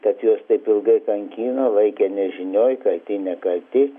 kad juos taip ilgai kankino laikė nežinioj kalti nekalti